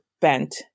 bent